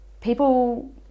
people